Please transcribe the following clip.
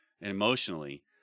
emotionally